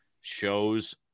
shows